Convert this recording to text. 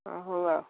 ହ ହଉ